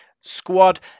squad